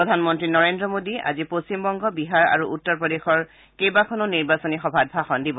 প্ৰধান মন্ত্ৰী নৰেন্দ্ৰ মোদীয়ে আজি পশ্চিমবংগ বিহাৰ আৰু উত্তৰ প্ৰদেশৰ কেইবাখেনা নিৰ্বাচনী সভাত ভাষণ দিব